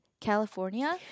California